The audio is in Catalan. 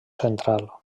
central